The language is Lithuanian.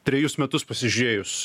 trejus metus pasižiūrėjus